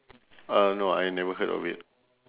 uh no I never heard of it